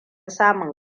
samun